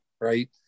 right